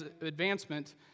advancement